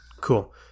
Cool